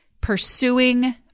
pursuing